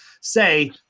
say